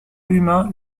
humain